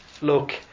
Look